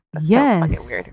Yes